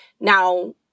Now